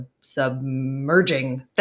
submerging